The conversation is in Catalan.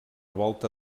volta